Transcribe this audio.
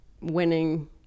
winning